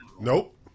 Nope